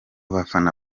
bafana